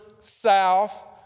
south